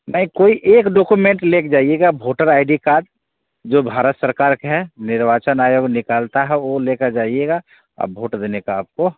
नहीं कोई एक डोकुमेंट लेके जाइएगा भोटर आइडी कार्ड जो भारत सरकार क है निर्वाचन आयोग निकलता हे ओ लेकर जाइएगा आ भोट देने का आपको